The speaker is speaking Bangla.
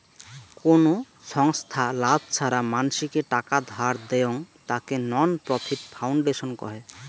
কোন ছংস্থা লাভ ছাড়া মানসিকে টাকা ধার দেয়ং, তাকে নন প্রফিট ফাউন্ডেশন কহে